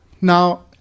Now